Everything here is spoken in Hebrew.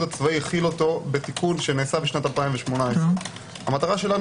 הצבאי החיל אותו בתיקון שנעשה בשנת 2018. המטרה שלנו